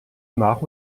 nach